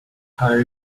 code